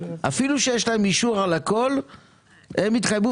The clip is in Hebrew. אפילו שיש להם אישור על הכול הם יתחייבו